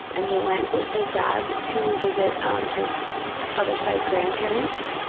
and he went with his dad to visit um his other side's grandparents,